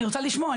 אני רוצה לשמוע,